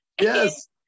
Yes